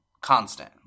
constant